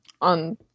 on